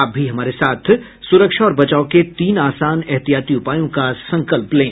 आप भी हमारे साथ सुरक्षा और बचाव के तीन आसान एहतियाती उपायों का संकल्प लें